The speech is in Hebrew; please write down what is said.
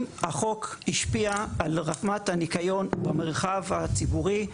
החוק השפיע על רמת הניקיון במרחב הציבורי,